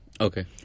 Okay